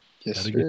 Yes